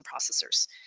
processors